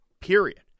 Period